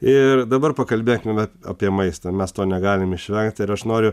ir dabar pakalbėkime apie maistą mes to negalim išvengti ir aš noriu